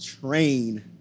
train